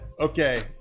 Okay